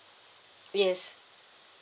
yes